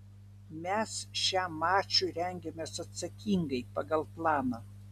mes šiam mačui rengiamės atsakingai pagal planą